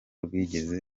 rwigeze